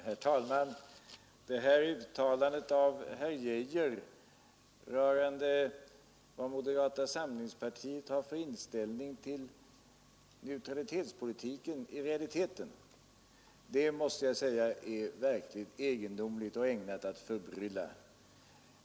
Fru talman! Det här uttalandet av herr Arne Geijer rörande moderata Samlingspartiets inställning till neutralitetspolitiken är synnerligen egendomligt och ägnat att förbrylla.